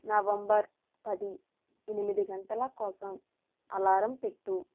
November పది ఎనిమిది గంటల కోసం అలారం పెట్టు